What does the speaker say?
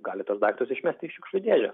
gali tuos daiktus išmesti į šiukšlių dėžę